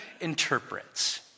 interprets